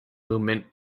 movement